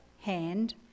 hand